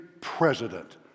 president